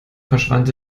verschwand